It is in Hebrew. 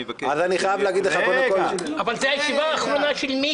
אני מבקש לדחות את זה.